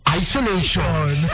isolation